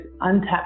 untapped